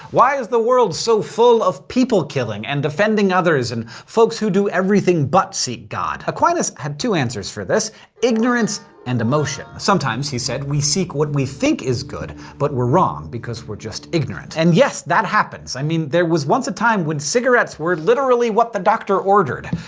why is the world so full of people-killing and offending others and folks who do everything but seek god? aquinas had two answers for this ignorance and emotion. sometimes, he said, we seek what we think is good, but we're wrong, because we're just ignorant. and yes, that happens. i mean, there once was a time when cigarettes were literally what the doctor ordered.